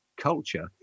culture